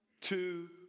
two